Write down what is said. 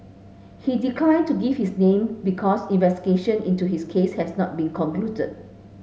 he declined to give his name because investigation into his case has not concluded